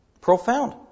Profound